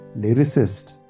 lyricists